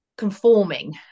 conforming